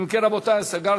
מי עוד רוצה, רבותי, להירשם?